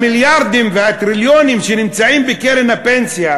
המיליארדים והטריליונים שנמצאים בקרן הפנסיה,